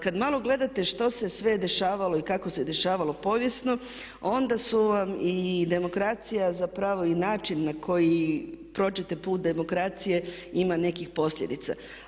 Kad malo gledate što se sve dešavalo i kako se dešavalo povijesno onda su vam i demokracija zapravo i način na koji prođete put demokracije ima nekih posljedica.